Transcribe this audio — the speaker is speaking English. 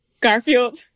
Garfield